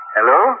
Hello